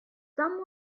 some